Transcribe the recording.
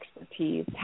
expertise